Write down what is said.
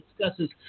discusses